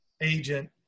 agent